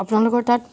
আপোনালোকৰ তাত